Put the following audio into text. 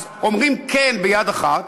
אז אומרים "כן" ביד אחת,